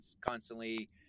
constantly